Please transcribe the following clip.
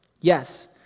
Yes